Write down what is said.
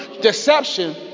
deception